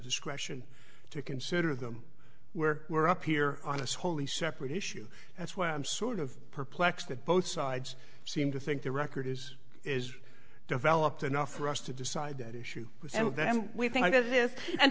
discretion to consider them where we're up here on this wholly separate issue that's why i'm sort of perplexed that both sides seem to think the record is is developed enough for us to decide that issue and we think it is and